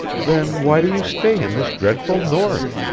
then why do you stay in this dreadful north?